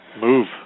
Move